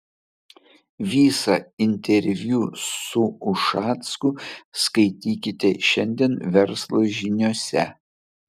visą interviu su ušacku skaitykite šiandien verslo žiniose